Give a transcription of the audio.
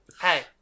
Hey